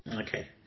Okay